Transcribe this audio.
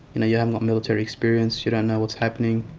and you haven't got military experience, you don't know what's happening.